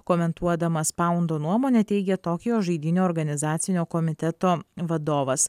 komentuodamas paundo nuomonę teigė tokijo žaidynių organizacinio komiteto vadovas